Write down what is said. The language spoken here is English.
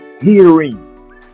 Hearing